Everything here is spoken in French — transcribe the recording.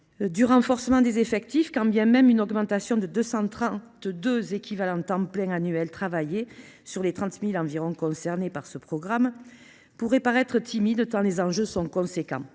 du renforcement des effectifs, quand bien même une augmentation de 232 équivalents temps plein annuel travaillé sur les quelque 30 000 ETPT concernés par ce programme pourrait paraître timide, tant les enjeux sont considérables.